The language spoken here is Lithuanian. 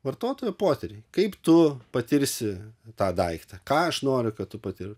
vartotojo potyriai kaip tu patirsi tą daiktą ką aš noriu kad tu patir